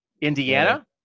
Indiana